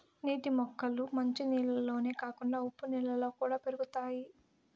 నీటి మొక్కలు మంచి నీళ్ళల్లోనే కాకుండా ఉప్పు నీళ్ళలో కూడా పెరుగుతాయి